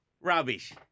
Rubbish